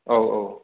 औ औ